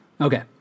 Okay